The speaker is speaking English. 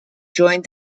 joined